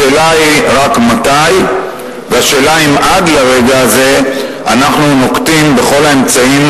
השאלה היא רק מתי והשאלה היא אם עד לרגע הזה אנחנו נוקטים את כל האמצעים